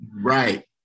Right